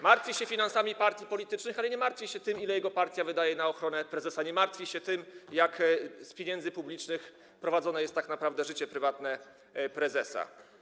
Martwi się finansami partii politycznych, ale nie martwi się tym, ile jego partia wydaje na ochronę prezesa, nie martwi się tym, że z pieniędzy publicznych finansowane jest tak naprawdę życie prywatne prezesa.